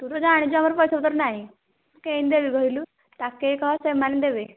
ତୁ ତ ଜାଣିଛୁ ଆମର ପଇସା ପତର ନାହିଁ କେମତି ଦେବି କହିଲୁ ତାକୁ ହି କହ ସେମାନେ ଦେବେ